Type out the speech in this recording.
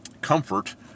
comfort